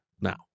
now